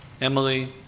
Emily